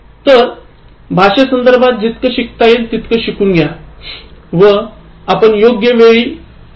तर भाषेबाबतीत जितकं शिकता येईल तितकं शिकून घ्या व आपण योग्य वेळी ते वापरण्यास सक्षम असाल